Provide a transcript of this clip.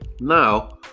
now